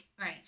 Right